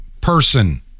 person